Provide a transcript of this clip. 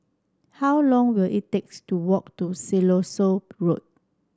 how long will it takes to walk to Siloso Road